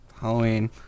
Halloween